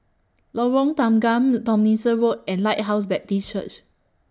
Lorong Tanggam Tomlinson Road and Lighthouse Baptist Church